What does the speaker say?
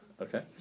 okay